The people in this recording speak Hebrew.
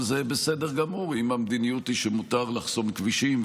שזה בסדר גמור אם המדיניות היא שמותר לחסום כבישים,